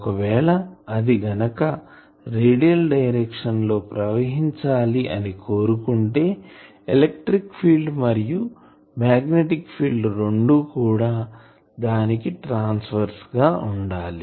ఒకవేళ అది గనుక రేడియల్ డైరెక్షన్ లో ప్రవహించాలి అని కోరుకుంటే ఎలక్ట్రిక్ ఫీల్డ్ మరియు మాగ్నెటిక్ ఫీల్డ్ రెండు కూడా దానికి ట్రాన్స్ వర్స్ గా ఉండాలి